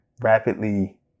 rapidly